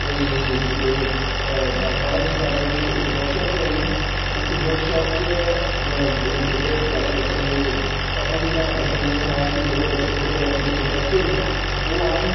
कोई कोई दस्स बारां दिन पैह्लें गै इक वर्कशाप कराई ऐ उस वर्कशाप च ब जेह्ड़े पैह्लें बच्चें ई किट्ठा कीता बच्चें ई एह् सनाया कि जेह्ड़े बच्चे फोटोग्राफी च इंटरैस्टड न ओह् औन